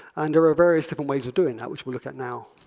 and there are various different ways of doing that, which we look at now.